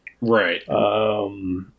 right